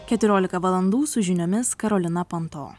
keturiolika valandų su žiniomis karolina panto